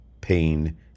pain